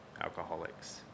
alcoholics